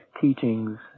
teachings